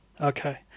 Okay